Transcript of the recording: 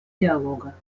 диалога